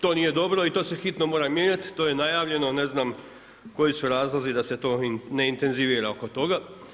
To nije dobro i to se hitno mora mijenjati, to je najavljeno, ne znam, koji su razlozi da se to ne intenzivira oko toga.